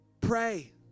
pray